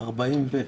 40 ומשהו,